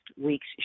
week's